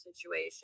situation